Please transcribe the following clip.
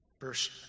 Verse